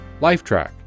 Lifetrack